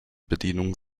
bedienung